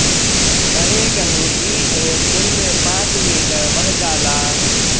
कहीं कहीं ई एक दिन में पाँच मीटर बढ़ जाला